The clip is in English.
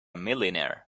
millionaire